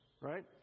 right